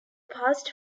passed